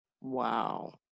wow